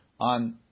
on